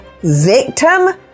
victim